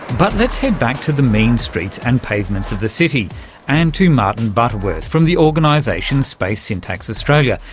but let's head back to the mean streets and pavements of the city and to martin butterworth from the organisation space syntax australia,